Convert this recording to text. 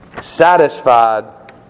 satisfied